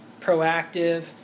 proactive